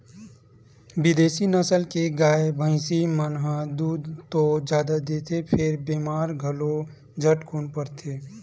बिदेसी नसल के गाय, भइसी मन ह दूद तो जादा देथे फेर बेमार घलो झटकुन परथे